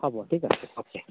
হ'ব ঠিক আছে অ'কে